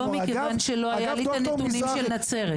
לא, מכיוון שלא היו לי הנתונים של נצרת.